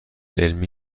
علمی